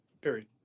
period